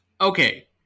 okay